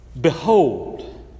Behold